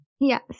Yes